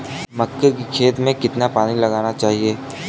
मक्के की खेती में कितना पानी लगाना चाहिए?